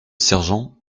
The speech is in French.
sergent